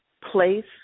place